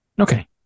Okay